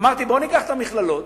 אמרתי: בוא ניקח את המכללות,